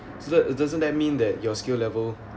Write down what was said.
so that it doesn't that mean that your skill level